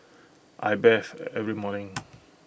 I bathe every morning